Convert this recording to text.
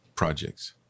projects